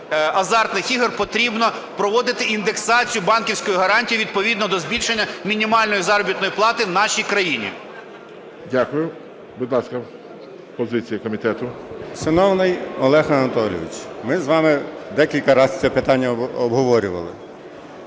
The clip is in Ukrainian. азартних ігор потрібно проводити індексацію банківської гарантії відповідно до збільшення мінімальної заробітної плати в нашій країні. ГОЛОВУЮЧИЙ. Дякую. Будь ласка, позиція комітету. 10:32:18 МАРУСЯК О.Р. Шановний Олег Анатолійович, ми з вами декілька раз це питання обговорювали.